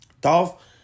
Dolph